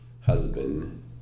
husband